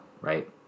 right